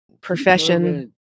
profession